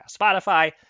Spotify